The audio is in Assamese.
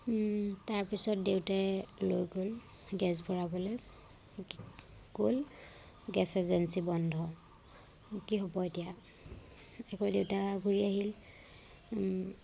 তাৰপিছত দেউতায়ে লৈ গ'ল গেছ ভৰাবলৈ গ'ল গেছ এজেঞ্চী বন্ধ কি হ'ব এতিয়া আকৌ দেউতা ঘূৰি আহিল